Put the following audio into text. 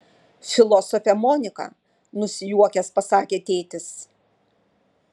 filosofė monika nusijuokęs pasakė tėtis